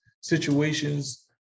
situations